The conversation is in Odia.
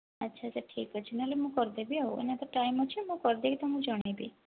ଆଚ୍ଛା ଆଚ୍ଛା ଠିକ୍ଅଛି ନହେଲେ ମୁଁ କରିଦେବି ଆଉ ଏଇନା ତ ଟାଇମ ଅଛି ମୁଁ କରିଦେବି ତୁମକୁ ଜଣାଇବି